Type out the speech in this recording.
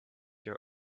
your